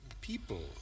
People